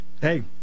hey